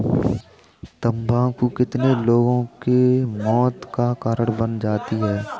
तम्बाकू कितने लोगों के मौत का कारण बन जाती है